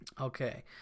Okay